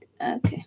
okay